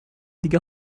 دیگه